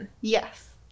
Yes